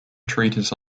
treatise